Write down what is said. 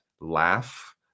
laugh